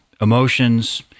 emotions